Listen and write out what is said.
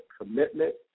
commitment